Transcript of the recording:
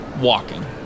walking